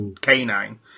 canine